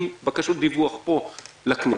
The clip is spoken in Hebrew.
עם בקשות דיווח לכנסת,